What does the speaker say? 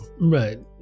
Right